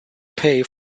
pay